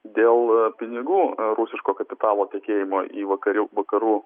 dėl pinigų rusiško kapitalo tekėjimo į vakarių vakarų